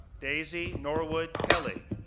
daisy norwood-kelly,